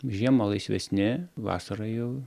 žiemą laisvesni vasarą jau